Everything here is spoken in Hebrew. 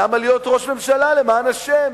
למה להיות ראש ממשלה, למען השם?